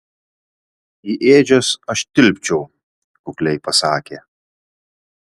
į ėdžias aš tilpčiau kukliai pasakė